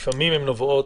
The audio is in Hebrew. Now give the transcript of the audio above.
לפעמים נובעת,